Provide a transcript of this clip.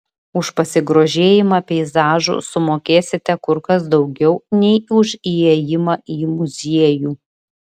už pasigrožėjimą peizažu sumokėsite kur kas daugiau nei už įėjimą į muziejų